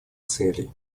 целей